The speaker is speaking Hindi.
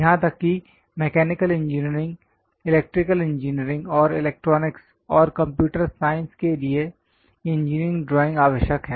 यहां तक कि मैकेनिकल इंजीनियरिंग इलेक्ट्रिकल इंजीनियरिंग और इलेक्ट्रॉनिक्स और कंप्यूटर साइंस के लिए इंजीनियरिंग ड्राइंग आवश्यक है